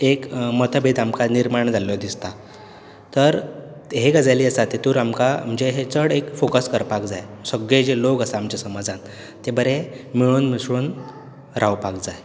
एक मतभेद आमकां निर्माण जाल्लो दिसता तर हे गजाली आसा तेतूर आमकां मणजे हें चड एक फोकस करपाक जाय सगळे जे लोक आसा आमच्या समाजांत ते बरे मेळून मिसळून रावपाक जाय